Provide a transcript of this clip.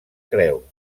creu